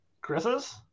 Chris's